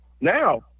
now